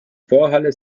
vorhalle